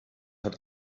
hat